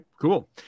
cool